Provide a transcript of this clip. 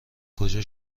کجا